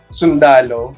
sundalo